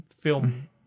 film